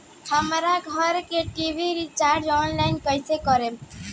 हमार घर के टी.वी रीचार्ज ऑनलाइन कैसे करेम?